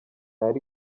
yari